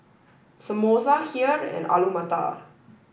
Samosa Kheer and Alu Matar